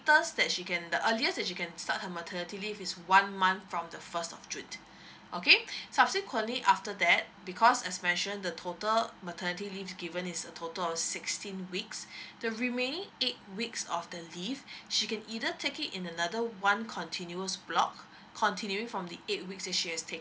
that she can the earliest that she can start her maternity leave is one month from the first of june okay subsequently after that because as mentioned the total maternity leave given is a total of sixteen weeks the remaining eight weeks of the leave she can either take it in another one continuous block continuing from the eight weeks that she has taken